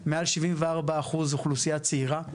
מעל 74% אוכלוסייה צעירה,